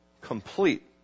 complete